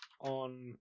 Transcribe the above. on